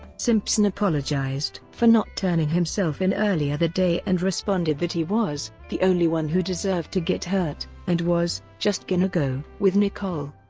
simpson apologized for not turning himself in earlier that day and responded that he was the only one who deserved to get hurt and was just gonna go with nicole.